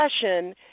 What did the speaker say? discussion